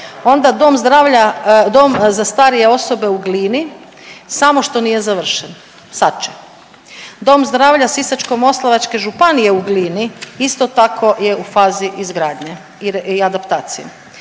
dom za starije osobe u Glini samo što nije završen, sad će. Dom zdravlja Sisačko-moslavačke županije u Glini isto tako je u fazi izgradnje i adaptacije.